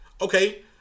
Okay